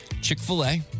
Chick-fil-A